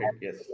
yes